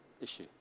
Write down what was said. issue